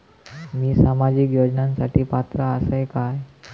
मी सामाजिक योजनांसाठी पात्र असय काय?